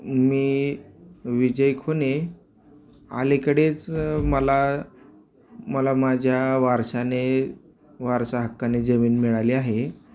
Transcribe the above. मी विजय खुने अलीकडेच मला मला माझ्या वारशाने वारसाहक्काने जमीन मिळाली आहे